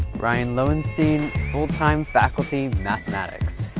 ryan lowenstein, full-time faculty, mathematics.